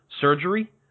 surgery